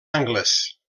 angles